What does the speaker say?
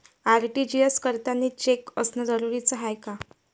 RTGS करतांनी cheque असनं जरुरीच हाय का?